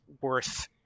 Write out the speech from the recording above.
worth